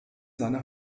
seine